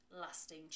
lasting